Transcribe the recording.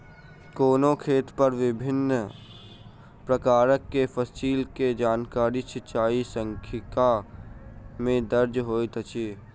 कोनो खेत पर विभिन प्रकार के फसिल के जानकारी सिचाई सांख्यिकी में दर्ज होइत अछि